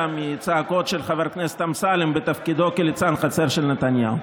מהצעקות של חבר הכנסת אמסלם בתפקידו כליצן החצר של נתניהו.